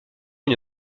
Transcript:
une